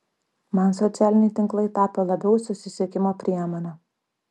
man socialiniai tinklai tapo labiau susisiekimo priemone